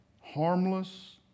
harmless